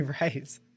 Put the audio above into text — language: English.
right